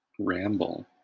Ramble